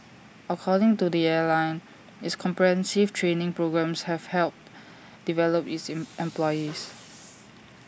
according to the airline its comprehensive training programmes have helped develop its employees